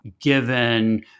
Given